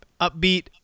upbeat